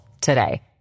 today